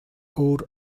өөр